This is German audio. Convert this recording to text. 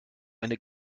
eine